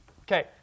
Okay